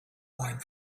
wine